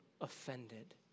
offended